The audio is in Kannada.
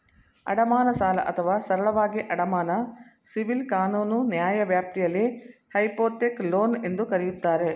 ಅಡಮಾನ ಸಾಲ ಅಥವಾ ಸರಳವಾಗಿ ಅಡಮಾನ ಸಿವಿಲ್ ಕಾನೂನು ನ್ಯಾಯವ್ಯಾಪ್ತಿಯಲ್ಲಿ ಹೈಪೋಥೆಕ್ ಲೋನ್ ಎಂದೂ ಕರೆಯುತ್ತಾರೆ